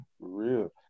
real